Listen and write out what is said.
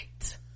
right